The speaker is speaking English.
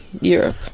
Europe